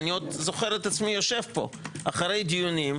אני עוד זוכר עצמי יושב פה אחרי דיונים,